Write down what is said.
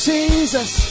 Jesus